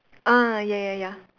ah ya ya ya